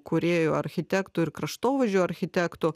kūrėjų architektų ir kraštovaizdžio architektų